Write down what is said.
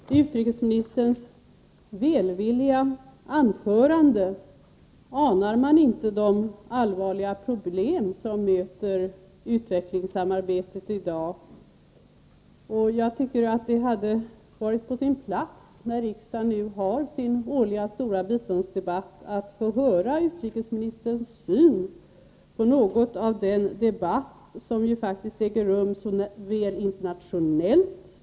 Fru talman! I utrikesministerns välvilliga anförande anar man inte de allvarliga problem som möter utvecklingssamarbetet i dag. Jag tycker att det hade varit på sin plats — när riksdagen nu har sin stora, årliga biståndsdebatt — att få höra utrikesministerns syn på något av den debatt som äger rum såväl internationellt som inom vårt land.